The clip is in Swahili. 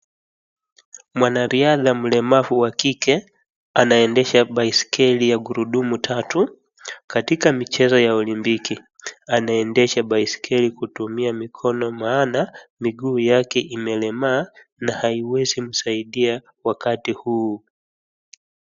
Mwanariadha mlemavu wa kike anaendesha baiskeli ya gurudumu tatu katika michezo ya olympiki. Anaendesha baiskeli kutumia mikono maana miguu yake imelemaa na haiwezi msaidia wakati huu.